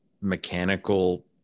mechanical